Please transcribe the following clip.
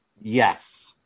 Yes